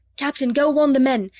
captain, go warn the men!